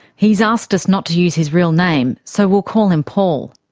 he's asked us not to use his real name, so we'll call him paul.